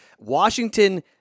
Washington